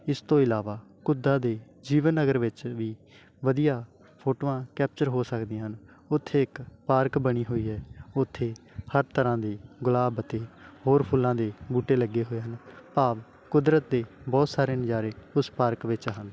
ਇਸ ਤੋਂ ਇਲਾਵਾ ਘੁੱਦਾ ਦੇ ਜੀਵਨ ਨਗਰ ਵਿੱਚ ਵੀ ਵਧੀਆ ਫੋਟੋਆਂ ਕੈਪਚਰ ਹੋ ਸਕਦੀਆਂ ਹਨ ਉੱਥੇ ਇੱਕ ਪਾਰਕ ਬਣੀ ਹੋਈ ਹੈ ਉੱਥੇ ਹਰ ਤਰ੍ਹਾਂ ਦੀ ਗੁਲਾਬ ਅਤੇ ਹੋਰ ਫੁੱਲਾਂ ਦੇ ਬੂਟੇ ਲੱਗੇ ਹੋਏ ਹਨ ਭਾਵ ਕੁਦਰਤ ਦੇ ਬਹੁਤ ਸਾਰੇ ਨਜ਼ਾਰੇ ਉਸ ਪਾਰਕ ਵਿੱਚ ਹਨ